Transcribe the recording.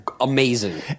Amazing